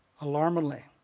alarmingly